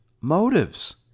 motives